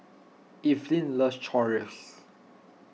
Eveline loves Chorizo